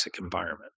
environment